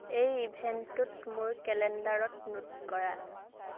এই ইভেন্টটোত মোৰ কেলেণ্ডাৰত নোট কৰা